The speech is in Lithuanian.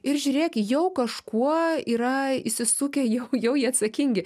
ir žiūrėk jau kažkuo yra įsisukę jau jau jie atsakingi